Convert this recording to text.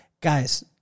guys